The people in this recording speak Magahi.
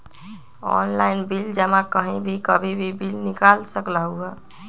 ऑनलाइन बिल जमा कहीं भी कभी भी बिल निकाल सकलहु ह?